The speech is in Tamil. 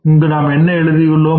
இங்கு நாம் என்ன எழுதியுள்ளோம்